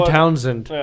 Townsend